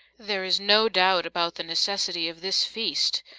there is no doubt about the necessity of this feast,